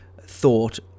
thought